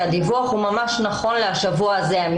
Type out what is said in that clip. שהדיווח של המספרים הוא ממש נכון לשבוע הזה.